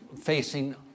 facing